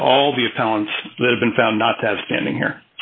by all the accounts that have been found not to have standing here